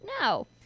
no